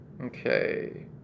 okay